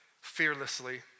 fearlessly